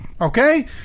Okay